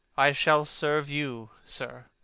i shall serve you, sir,